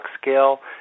scale